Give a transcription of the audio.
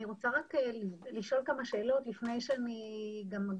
אני רוצה לשאול כמה שאלות לפני שאני אגיב.